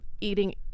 Eating